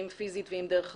אם פיזית ואם דרך הזום.